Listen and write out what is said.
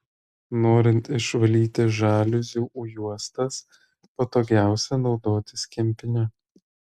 norint išvalyti žaliuzių juostas patogiausia naudotis kempine